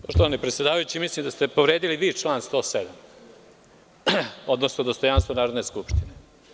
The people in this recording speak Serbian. Poštovani predsedavajući, mislim da ste povredili član 107, odnosno dostojanstvo Narodne skupštine.